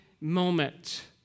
moment